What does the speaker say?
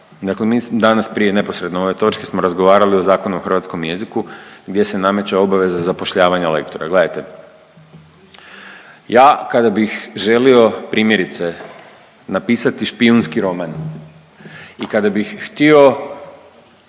Dakle, mi danas prije neposredno ove točke smo razgovarali o Zakonu o hrvatskom jeziku gdje se nameće obaveza zapošljavanja lektora. Gledajte ja kada bih želio primjerice napisati špijunski roman i kada bih htio